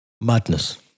Madness